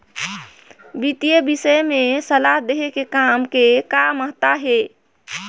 वितीय विषय में सलाह देहे के काम के का महत्ता हे?